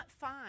fine